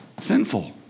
sinful